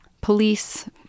police